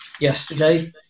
yesterday